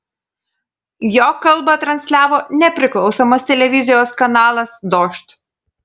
jo kalbą transliavo nepriklausomas televizijos kanalas dožd